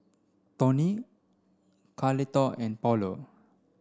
Tony Carlotta and Paulo